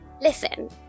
Listen